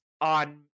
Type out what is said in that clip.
on